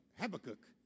Habakkuk